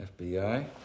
FBI